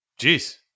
Jeez